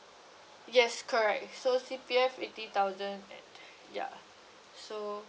yes correct so C_P_F eighty thousand and ya so